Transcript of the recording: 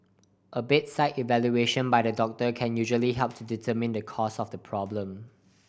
a bedside evaluation by the doctor can usually help to determine the cause of the problem